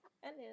Hello